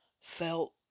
felt